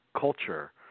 culture